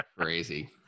Crazy